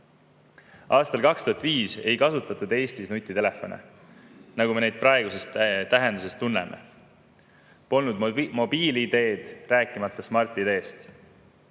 Aastal 2005 ei kasutatud Eestis nutitelefone, nagu me neid praeguses tähenduses tunneme, polnud mobiil‑ID‑d, rääkimata Smart‑ID‑st.